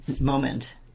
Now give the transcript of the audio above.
moment